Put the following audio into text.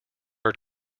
are